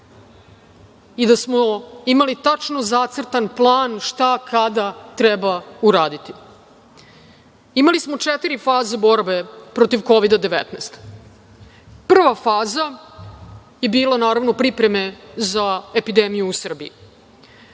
i da smo imali tačno zacrtan plan šta kada treba uraditi. Imali smo četiri faze borbe protiv Kovida – 19.Prva faza je bila, naravno pripreme za epidemiju u Srbiji.